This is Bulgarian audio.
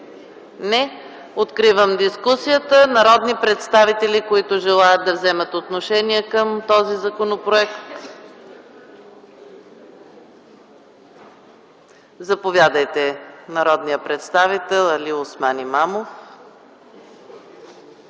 Не. Откривам дискусията. Има ли народни представители, които желаят да вземат отношение по този законопроект? Заповядайте – народният представител Алиосман Имамов.